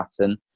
pattern